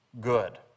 good